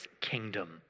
kingdom